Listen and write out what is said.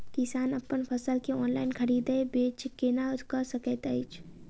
किसान अप्पन फसल केँ ऑनलाइन खरीदै बेच केना कऽ सकैत अछि?